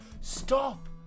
Stop